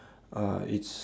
uh it's